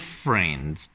friends